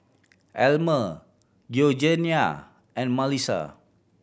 Elmer Georgiana and Malissa